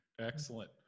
Excellent